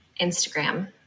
Instagram